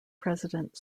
president